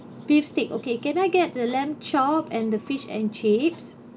beef steak okay can I get the lamb chop and the fish and chips